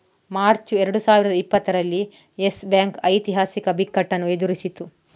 March ಎರಡು ಸಾವಿರದ ಇಪ್ಪತ್ತರಲ್ಲಿ ಯೆಸ್ ಬ್ಯಾಂಕ್ ಐತಿಹಾಸಿಕ ಬಿಕ್ಕಟ್ಟನ್ನು ಎದುರಿಸಿತು